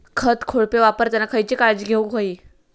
खत कोळपे वापरताना खयची काळजी घेऊक व्हयी?